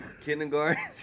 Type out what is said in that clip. kindergarten